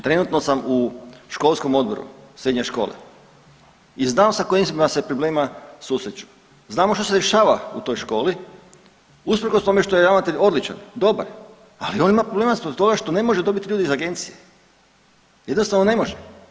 Trenutno sam školskom odboru srednje škole i znam s kojim se problemima susreću, znamo što se dešava u toj školi usprkos tome što je ravnatelj odličan, dobar, ali on ima problema zbog toga što ne može dobiti ljude iz agencije, jednostavno ne može.